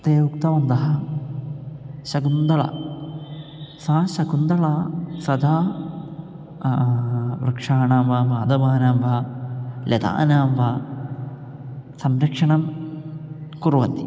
ते उक्तवन्तः शकुन्तला सा शकुतला सदा वृक्षाणां वा पादपानां वा लतानां वा संरक्षणं कुर्वन्ति